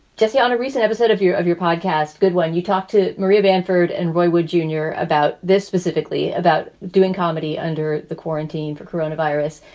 jesse, on a recent episode of you of your podcast, good, when you talk to maria bamford and roy, would you and hear about this specifically about doing comedy under the quarantine for corona virus?